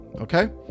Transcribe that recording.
Okay